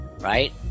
Right